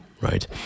right